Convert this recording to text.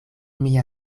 mia